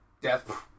death